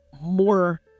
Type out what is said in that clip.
more